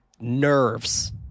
nerves